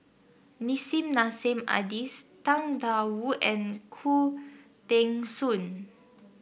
Nissim Nassim Adis Tang Da Wu and Khoo Teng Soon